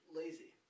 lazy